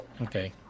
Okay